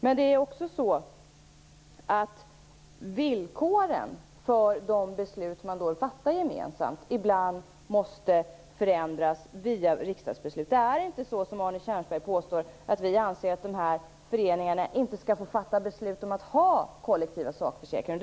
Men villkoren för de beslut man har fattat gemensamt måste ibland förändras via riksdagsbeslut. Vi anser inte, som Arne Kjörnsberg påstår, att de här föreningarna inte skall få fatta beslut om att ha kollektiva sakförsäkringar.